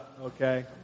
okay